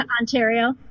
Ontario